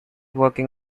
working